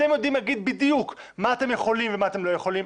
אתם יודעים להגיד בדיוק מה אתם יכולים ומה אתם לא יכולים.